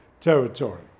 territory